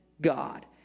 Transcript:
God